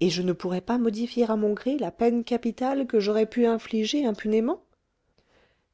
et je ne pourrais pas modifier à mon gré la peine capitale que j'aurais pu infliger impunément